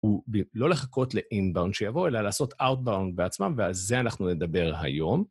הוא לא לחכות ל-inbound שיבוא, אלא לעשות outbound בעצמם, ועל זה אנחנו נדבר היום.